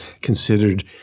considered